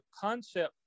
concept